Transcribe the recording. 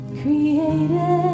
created